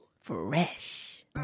Fresh